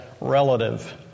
relative